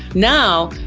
now,